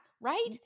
Right